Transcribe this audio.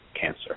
cancer